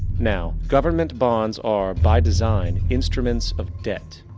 now, government bonds are by design instruments of debt.